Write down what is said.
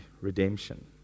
redemption